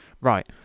right